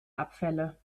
abfälle